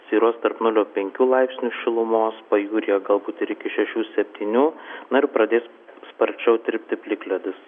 svyruos tarp nulio penkių laipsnių šilumos pajūryje galbūt ir iki šešių septynių na ir pradės sparčiau tirpti plikledis